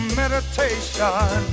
meditation